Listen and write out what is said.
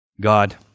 God